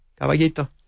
caballito